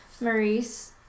Maurice